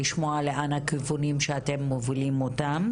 מנת לשמוע לאן הכיוונים שאליו אתם מובילים את החוק.